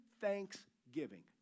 thanksgiving